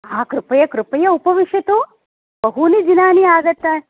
हा कृपया कृपया उपविशतु बहूनि दिनानि आगता